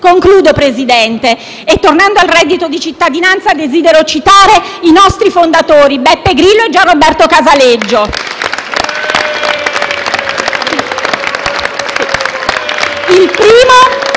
Signor Presidente, tornando al reddito di cittadinanza desidero citare i nostri fondatori, Beppe Grillo e Gianroberto Casaleggio. *(Applausi